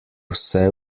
vse